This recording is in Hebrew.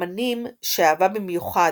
אמנים שאהבה במיוחד,